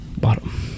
Bottom